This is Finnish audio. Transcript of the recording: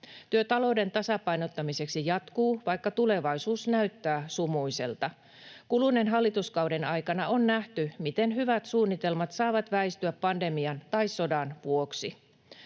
Työ talouden tasapainottamiseksi jatkuu, vaikka tulevaisuus näyttää sumuiselta. Kuluneen hallituskauden aikana on nähty, miten hyvät suunnitelmat saavat väistyä pandemian tai sodan vuoksi.